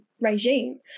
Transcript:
regime